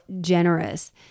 generous